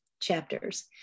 chapters